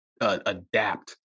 adapt